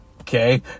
Okay